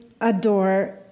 adore